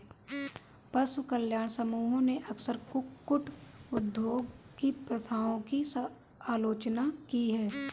पशु कल्याण समूहों ने अक्सर कुक्कुट उद्योग की प्रथाओं की आलोचना की है